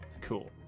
cool